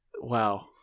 Wow